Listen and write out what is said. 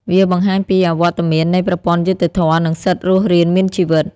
វាបង្ហាញពីអវត្តមាននៃប្រព័ន្ធយុត្តិធម៌ និងសិទ្ធិរស់រានមានជីវិត។